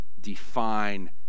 define